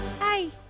Hey